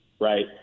right